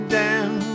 down